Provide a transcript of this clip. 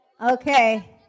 Okay